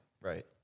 Right